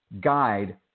guide